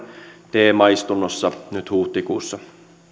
teemaistunnossa nyt huhtikuussa